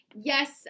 Yes